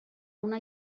una